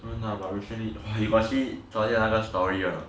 we're not about recently you got see 昨天那个 story or not